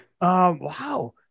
wow